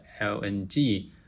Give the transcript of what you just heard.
LNG